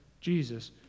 Jesus